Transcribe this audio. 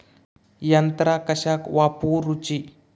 यंत्रा कशाक वापुरूची?